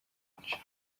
benshi